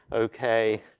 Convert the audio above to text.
okay.